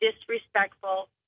disrespectful